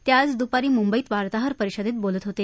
ते आज दुपारी मुंबईत वार्ताहर परिषदेत बोलत होते